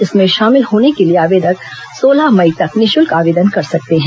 इसमें शामिल होने के लिए आवेदक सोलह मई तक निःशुल्क आवेदन कर सकते हैं